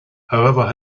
however